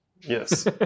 yes